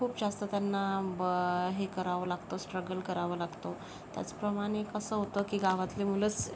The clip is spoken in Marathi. खूप जास्त त्यांना हे करावं लागतं स्ट्रगल करावा लागतो त्याचप्रमाणे कसं होतं की गावातली मुलंच